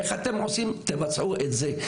איך אתם תבצעו את זה?